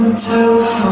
to